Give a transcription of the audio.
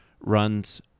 runs